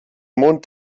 mond